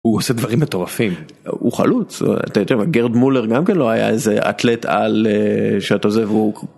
הוא עושה דברים מטורפים הוא חלוץ גרד מולר גם כן לא היה איזה אטלט על שאתה עוזב.